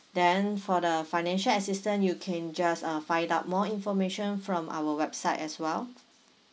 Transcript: then for the financial assistance you can just uh find out more information from our website as well